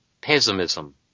pessimism